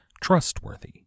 trustworthy